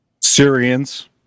Syrians